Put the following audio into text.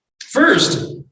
First